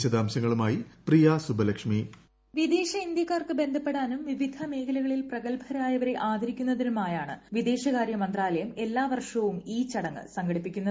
വിശദാംശങ്ങളുമായി പ്രിയ സുബ്ബലക്ഷ്മി വിദേശ ഇന്തൃക്കാർക്ക് ബന്ധപ്പെടാനും വിവിധമേഖലകളിൽ പ്രഗത്ഭരായവരെ ആദരിക്കുന്നതിനുമാണ് വിദേശകാര്യ മന്ത്രാലയം എല്ലാ വർഷവും ഈ ചടങ്ങ് സംഘടിപ്പിക്കുന്നത്